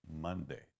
Monday